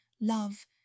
love